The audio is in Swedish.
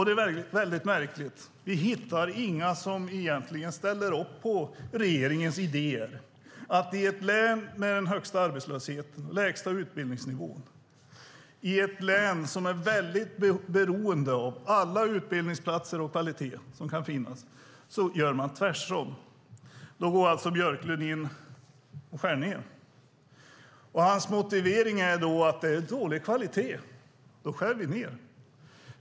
Det är väldigt märkligt att vi inte hittar några som ställer upp på regeringens idé att man i ett län med den högsta arbetslösheten och den lägsta utbildningsnivån, i ett län som är väldigt beroende av alla utbildningssatsningar och kvalitet, gör tvärtom. Där går alltså Björklund in och skär ned. Hans motivering är: Det är dålig kvalitet, och då skär vi ned.